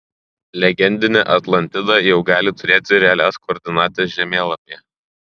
legendinė atlantida jau gali turėti realias koordinates žemėlapyje